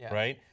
right?